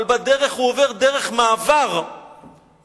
אבל בדרך הוא עובר דרך מעבר בחוצה-שומרון,